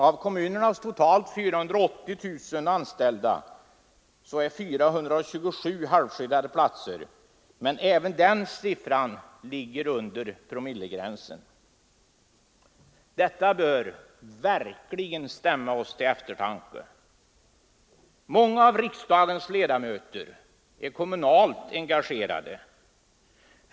Av totalt 480 000 anställda är 427 halvskyddade tjänster, men även den siffran ligger under promillegränsen. Detta bör verkligen stämma oss till eftertanke. Många av riksdagens ledamöter är kommunalt engagerade.